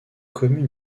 commune